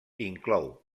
inclou